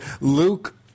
Luke